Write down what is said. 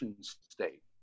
state